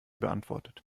beantwortet